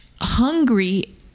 hungry